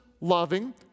loving